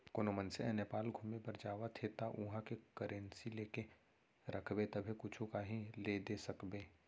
कोनो मनसे ह नेपाल घुमे बर जावत हे ता उहाँ के करेंसी लेके रखबे तभे कुछु काहीं ले दे सकबे